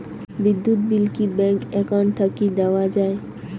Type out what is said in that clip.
বিদ্যুৎ বিল কি bank account থাকি দেওয়া য়ায়?